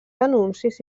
anuncis